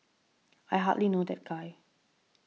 I hardly know that guy